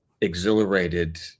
exhilarated